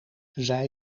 zij